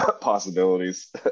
possibilities